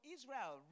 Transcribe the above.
Israel